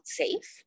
safe